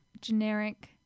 generic